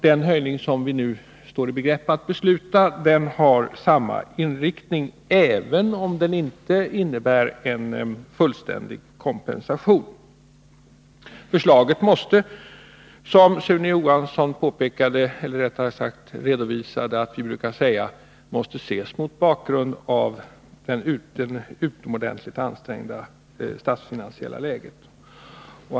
Den höjning som vi nu står i begrepp att besluta om har samma inriktning, även om den inte innebär en fullständig kompensation. Förslaget måste — Sune Johansson redovisade att vi brukar säga så — ses mot bakgrund av det utomordentligt ansträngda statsfinansiella läget.